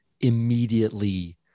immediately